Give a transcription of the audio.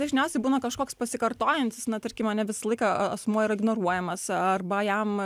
dažniausiai būna kažkoks pasikartojantis na tarkim ane visą laiką asmuo yra ignoruojamas arba jam